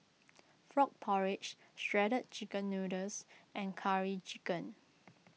Frog Porridge Shredded Chicken Noodles and Curry Chicken